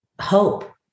hope